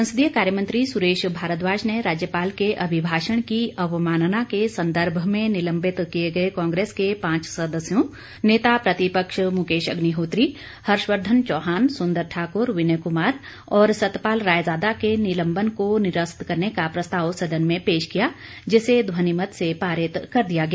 संसदीय कार्य मंत्री सुरेश भारद्वाज ने राज्यपाल के अभिभाषण की अवमानना के संदर्भ में निलंबित किए गए कांग्रेस के पांच सदस्यों नेता प्रतिपक्ष मुकेश अग्निहोत्री हर्षवर्धन चौहान सुंदर ठाकुर विनय कुमार और सतपाल रायजादा के निलंबन को निरस्त करने का प्रस्ताव सदन में पेश किया जिसे ध्वनिमत से पारित कर दिया गया